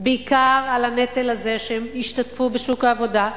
אלא בעיקר על הנטל הזה שהם השתתפו בשוק העבודה,